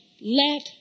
let